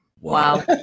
Wow